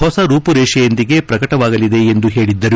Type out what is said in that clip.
ಹೊಸ ರೂಪುರೇಷೆಯೊಂದಿಗೆ ಪ್ರಕಟವಾಗಲಿದೆ ಎಂದು ಹೇಳಿದ್ದರು